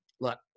Look